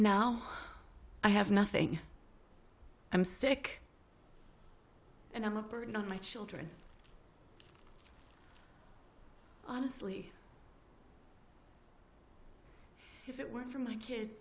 now i have nothing i'm sick and i'm a burden on my children honestly if it weren't for my kid